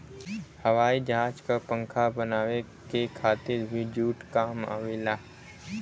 हवाई जहाज क पंखा बनावे के खातिर भी जूट काम आवेला